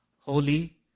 holy